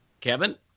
Kevin